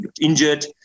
injured